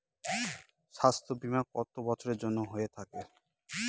স্বাস্থ্যবীমা কত বছরের জন্য হয়ে থাকে?